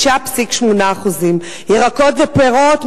6.8%; ירקות ופירות,